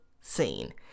scene